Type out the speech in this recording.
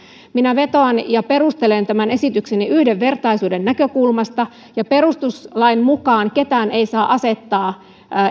minä vetoan ja perustelen tämän esitykseni yhdenvertaisuuden näkökulmasta ja perustuslain mukaan ketään ei saa asettaa